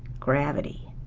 gravity.